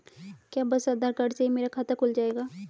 क्या बस आधार कार्ड से ही मेरा खाता खुल जाएगा?